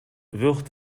wird